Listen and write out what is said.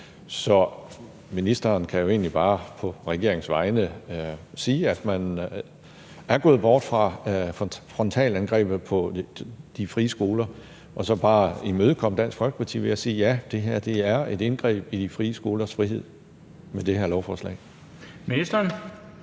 Så ministeren kan jo egentlig bare på regeringens vegne sige, at man er gået bort fra frontalangrebet på de frie skoler, og så bare imødekomme Dansk Folkeparti ved at sige, at ja, det her lovforslag er et indgreb i de frie skolers frihed. Kl. 13:13 Den fg. formand (Bent